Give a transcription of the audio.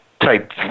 type